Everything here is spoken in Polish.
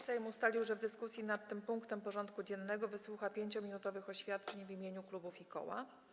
Sejm ustalił, że w dyskusji nad tym punktem porządku dziennego wysłucha 5-minutowych oświadczeń w imieniu klubów i koła.